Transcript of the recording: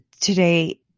today